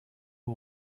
who